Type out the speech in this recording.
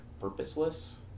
purposeless